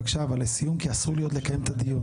בבקשה, אבל לסיום, כי אסור לי עוד לקיים את הדיון.